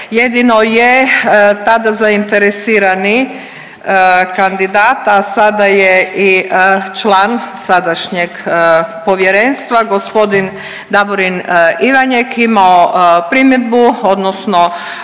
Jedino je tada zainteresirani kandidat, a sada je i član sadašnjeg Povjerenstva g. Davorin Ivanjek imao primjedbu odnosno